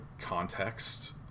context